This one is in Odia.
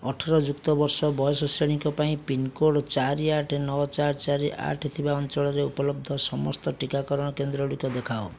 ଅଠର ଯୁକ୍ତ ବର୍ଷ ବୟସ ଶ୍ରେଣୀଙ୍କ ପାଇଁ ପିନ୍କୋଡ଼୍ ଚାରି ଆଠ ନଅ ଚାରି ଚାରି ଆଠ ଥିବା ଅଞ୍ଚଳରେ ଉପଲବ୍ଧ ସମସ୍ତ ଟିକାକରଣ କେନ୍ଦ୍ର ଗୁଡ଼ିକ ଦେଖାଅ